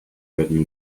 written